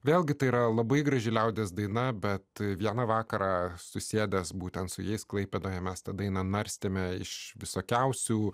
vėlgi tai yra labai graži liaudies daina bet vieną vakarą susietas būtent su jais klaipėdoje mes tą dainą narstėme iš visokiausių